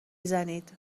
زنید